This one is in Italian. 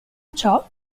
ciò